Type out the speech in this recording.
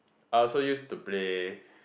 I also used to play